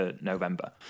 November